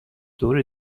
دور